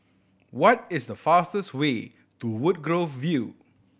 what is the fastest way to Woodgrove View